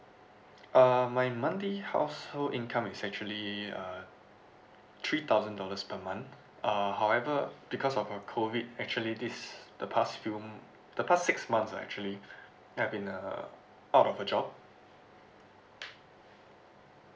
uh my monthly household income is actually uh three thousand dollars per month uh however because of uh COVID actually this the past few m~ the past six months lah actually have been uh out of a job